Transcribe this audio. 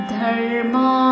Dharma